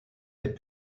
est